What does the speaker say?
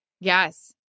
Yes